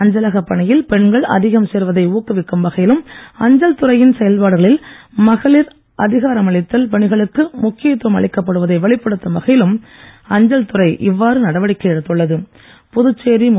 அஞ்சலகப் பணியில் பெண்கள் அதிகம் சேர்வதை ஊக்குவிக்கும் வகையிலும் அஞ்சல் துறையின் செயல்பாடுகளில் மகளிர் அதிகாரமளித்தல் பணிகளுக்கு முக்கியத்துவம் அளிக்கப்படுவதை வெளிப்படுத்தும் வகையிலும் அஞ்சல் துறை இவ்வாறு நடவடிக்கை புதுச்சேரி எடுத்துள்ளது